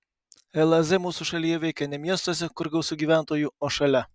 lez mūsų šalyje veikia ne miestuose kur gausu gyventojų o šalia